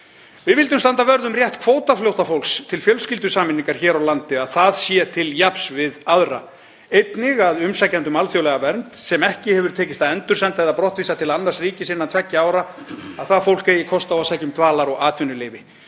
Við vildum standa vörð um rétt kvótaflóttafólks til fjölskyldusameiningar hér á landi, að það sé til jafns við aðra. Einnig að umsækjendur um alþjóðlega vernd sem ekki hefur tekist að endursenda eða er brottvísað til annars ríkis innan tveggja ára, að það fólk eigi kost á að sækja um dvalar- og atvinnuleyfi.